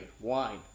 wine